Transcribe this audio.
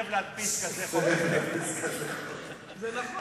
סירב להדפיס כזה חוק.